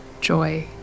joy